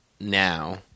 now